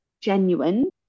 genuine